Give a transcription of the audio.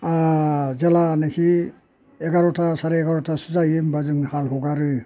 जेला नाखि एगार'था साराय एगार'थासो जायो होनब्ला जों हाल हगारो